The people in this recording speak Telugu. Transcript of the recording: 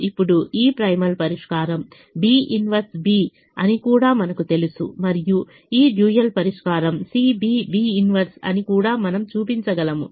ఇప్పుడు ఈ ప్రిమాల్ పరిష్కారం B 1 B అని కూడా మనకు తెలుసు మరియు ఈ డ్యూయల్ పరిష్కారం CB B 1 అని కూడా మనం చూపించగలము